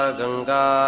Ganga